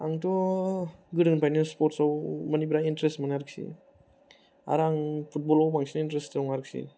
आंथ' गोदोनिफ्रायनो माने स्परट्साव बिराद इनटारेस्टमोन आरोखि आरो आं फुटबलाव बांसिन इनटारेस्ट दं आरोखि